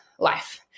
life